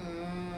mmhmm